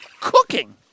cooking